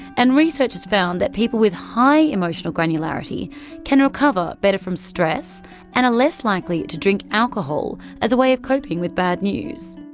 and research has found that people with high emotional granularity can recover better from stress and are less likely to drink alcohol as a way of coping with bad news.